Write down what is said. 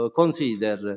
consider